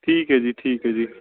ਠੀਕ ਹੈ ਜੀ ਠੀਕ ਹੈ ਜੀ